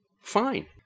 fine